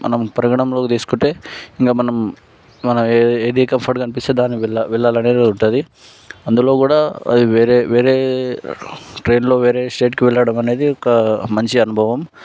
మనం పరిగణంలోకి తీసుకుంటే ఇంక మనం మన ఏది కంఫర్ట్గా అనిపిస్తే దానికి వెళ్ళాలనే ఉంటుంది అందులో కూడా వేరే వేరే ట్రైన్లో వేరే స్టేట్కి వెళ్ళడం అనేది ఒక మంచి అనుభవం